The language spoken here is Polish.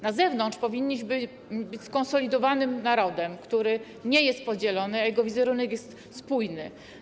Na zewnątrz powinniśmy być skonsolidowanym narodem, który nie jest podzielony, a jego wizerunek jest spójny.